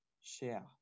share